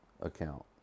account